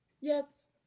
Yes